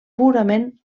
purament